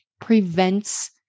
prevents